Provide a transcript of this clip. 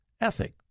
ethic